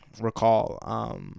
recall